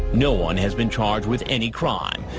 no one has been charged with any crime.